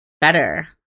better